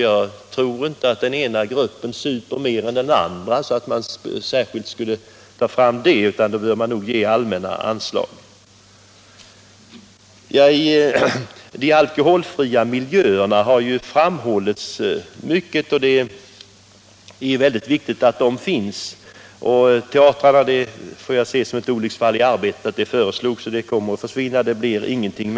Jag tror inte att den ena gruppen super mer än den andra, så att man särskilt skulle dra fram det, utan man bör nog ge allmänna anslag. De alkoholfria miljöerna har framhållits mycket, och det är väldigt viktigt att de finns. Förslaget när det gäller teatrarna får jag se som ett olycksfall i arbetet — det blir ingenting av detta.